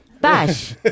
Bash